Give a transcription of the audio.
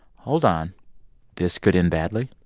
hold on this could end badly?